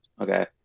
Okay